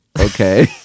Okay